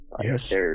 Yes